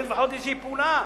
שתהיה לפחות איזו פעולה.